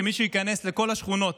שמישהו ייכנס לכל השכונות,